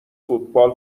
فوتبال